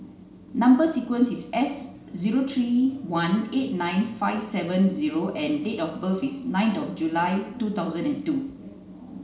number sequence is S zero three one eight nine five seven zero and date of birth is nine of July two thousand and two